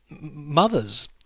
Mothers